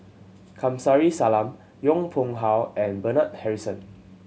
Kamsari Salam Yong Pung How and Bernard Harrison